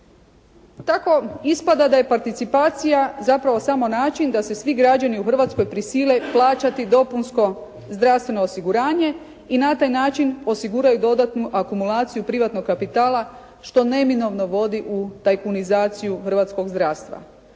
Tako ispada da je participacija zapravo samo način da se svi građani u Hrvatskoj prisile plaćati dopunsko zdravstveno osiguranje i na taj način osiguraju dodatnu akumulaciju privatnog kapitala što neminovno vodi u tajkunizaciju hrvatskog zdravstva.